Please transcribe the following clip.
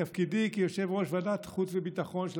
בתפקידי כיושב-ראש ועדת החוץ והביטחון של